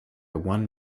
one